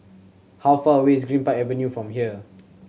how far away is Greenpark Avenue from here